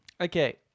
Okay